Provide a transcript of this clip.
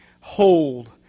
hold